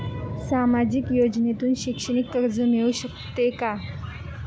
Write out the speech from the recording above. सामाजिक योजनेतून शैक्षणिक कर्ज मिळू शकते का?